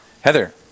Heather